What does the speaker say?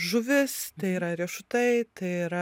žuvis tai yra riešutai tai yra